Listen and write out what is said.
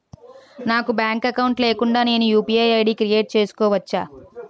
నాకు bank account లేకుండా నేను యు.పి.ఐ ఐ.డి క్రియేట్ చేసుకోవచ్చా?